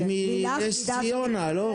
את מנס ציונה, נכון?